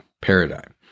paradigm